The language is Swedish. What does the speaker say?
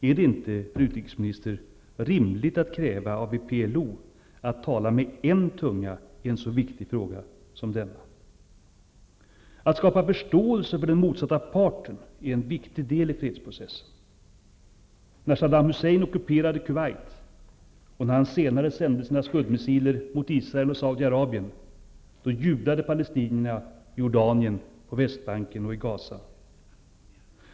Är det inte, fru utrikesminister, rimligt att kräva av PLO att man skall tala med en tunga i en så viktig fråga som denna? Att skapa förståelse för den motsatta parten är en viktig del i fredsprocessen. När Saddam Hussein ockuperade Kuwait och när han senare sände sina scudmissiler mot Israel och Saudiarabien, jublade palestinierna i Jordanien, på Västbanken och i Gaza.